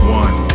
one